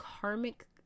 karmic